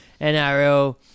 NRL